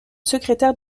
secrétaire